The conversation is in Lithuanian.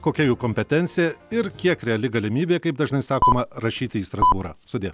kokia jų kompetencija ir kiek reali galimybė kaip dažnai sakoma rašyti į strasbūrą sudie